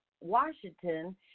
Washington